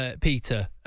Peter